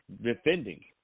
defending